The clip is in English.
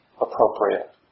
appropriate